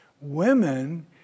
Women